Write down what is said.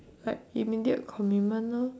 like it mandate a commitment lor